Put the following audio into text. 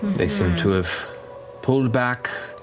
they seem to have pulled back